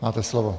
Máte slovo.